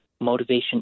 motivation